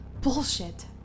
Bullshit